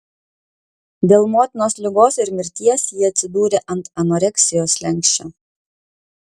dėl motinos ligos ir mirties ji atsidūrė ant anoreksijos slenksčio